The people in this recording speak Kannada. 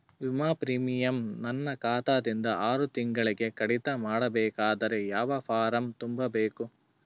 ವಿಮಾ ಪ್ರೀಮಿಯಂ ನನ್ನ ಖಾತಾ ದಿಂದ ಆರು ತಿಂಗಳಗೆ ಕಡಿತ ಮಾಡಬೇಕಾದರೆ ಯಾವ ಫಾರಂ ತುಂಬಬೇಕು?